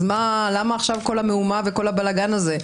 אז למה עכשיו כל המהומה וכל הבלגן הזה?